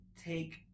take